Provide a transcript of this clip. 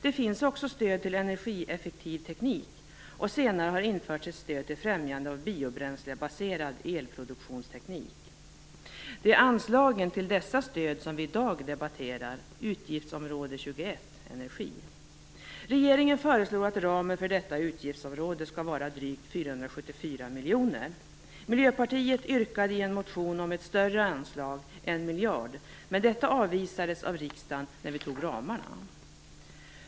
Det fanns också stöd till energieffektiv teknik, och senare har det införts ett stöd till främjande av biobränslebaserad elproduktionsteknik. Det är anslagen till dessa stöd som vi i dag debatterar, utgiftsområde 21, energi. Regeringen föreslår att ramen för detta utgiftsområde skall vara dryg 474 miljoner kronor. Miljöpartiet yrkar i en motion om ett större anslag, 1 miljard kronor, men detta avvisades av riksdagen när vi bestämde ramarna.